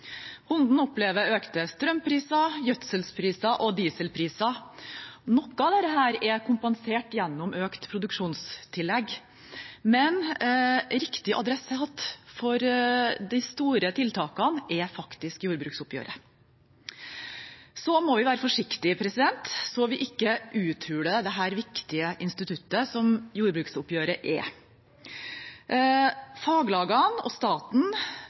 Bonden opplever økte strømpriser, gjødselpriser og dieselpriser. Noe av dette er kompensert gjennom økt produksjonstillegg, men riktig adressat for de store tiltakene er faktisk jordbruksoppgjøret. Vi må være forsiktige så vi ikke uthuler det viktige instituttet som jordbruksoppgjøret er. Faglagene og staten